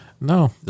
No